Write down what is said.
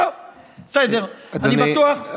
טוב, בסדר, אני בטוח,